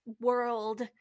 world